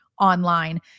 online